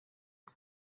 bwo